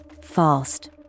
fast